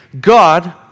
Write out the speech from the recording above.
God